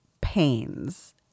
pains